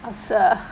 what's up